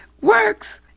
works